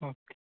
okay